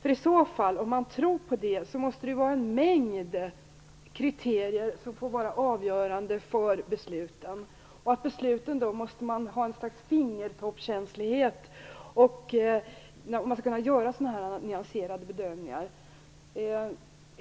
Om man tror att det är så, så måste en mängd kriterier få vara avgörande för besluten. Man måste ha ett slags fingertoppskänslighet, om man skall kunna göra nyanserade bedömningar.